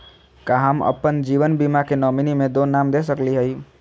का हम अप्पन जीवन बीमा के नॉमिनी में दो नाम दे सकली हई?